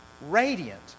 radiant